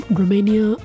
Romania